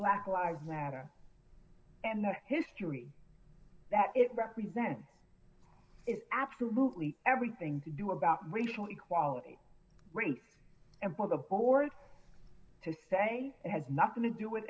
black live matter and the history that it represents is absolutely everything to do about racial equality race and all the board to say it has nothing to do with